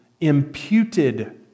imputed